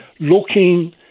looking